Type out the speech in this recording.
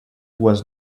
was